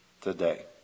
today